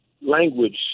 language